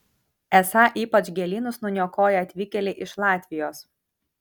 esą ypač gėlynus nuniokoja atvykėliai iš latvijos